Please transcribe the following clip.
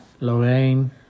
Lorraine